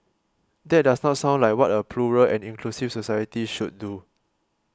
that does not sound like what a plural and inclusive society should do